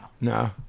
No